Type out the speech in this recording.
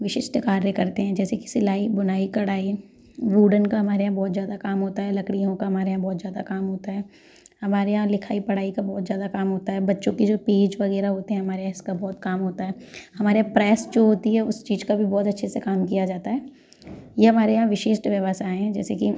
विशिष्ट कार्य करते हैं जैसे कि सिलाई बुनाई कढ़ाई वुडन का हमारे यहाँ बहुत ज़्यादा काम होता है लड़कियों का हमारे यहाँ बहुत ज़्यादा काम होता है हमारे यहाँ लिखाई पढ़ाई का बहुत ज़्यादा काम होता है बच्चों की जो पेज वगैरह होते हैं हमारे इसका बहुत काम होता है हमारे प्रेस जो होती है उस चीज का भी बहुत अच्छे से काम किया जाता है ये हमारे यहाँ विशिष्ट व्यवसाए है जैसे कि